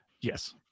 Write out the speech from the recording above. yes